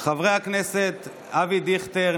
חברי הכנסת אבי דיכטר,